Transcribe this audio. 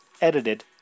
edited